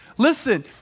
Listen